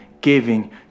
giving